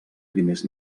primers